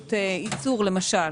לפעילות ייצור, למשל.